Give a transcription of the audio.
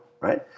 right